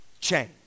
change